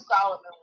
Solomon